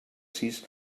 sis